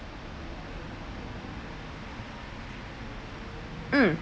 mm